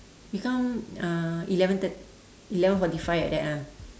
we come uh eleven thirt~ eleven forty five like that ah